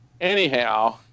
anyhow